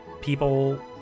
people